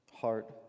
heart